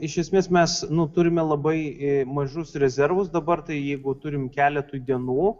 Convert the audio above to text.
iš esmės mes nu turime labai mažus rezervus dabar tai jeigu turim keletui dienų